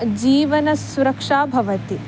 जीवनसुरक्षा भवति